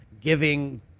giving